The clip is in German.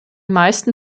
meisten